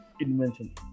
invention